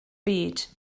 byd